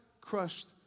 crushed